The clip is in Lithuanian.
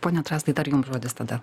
ponia drazdai dar jums žodis tada